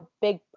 big